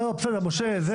את זה הבנו.